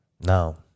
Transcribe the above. Now